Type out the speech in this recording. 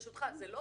ברשותך, אז זה לא